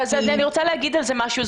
אני רוצה לומר על זה משהו.